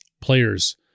players